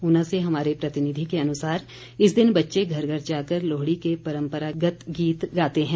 ऊना से हमारे प्रतिनिधि के अनुसार इस दिन बच्चे घर घर जाकर लोहड़ी के परम्परागत गीत गाते हैं